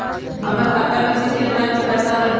हमर खाता में कृषि अनुदान के पैसा अलई?